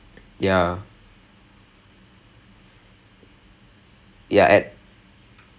and then we were supposed to start doing the properties immediately after that night but then I disappear for a bit